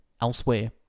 elsewhere